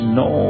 no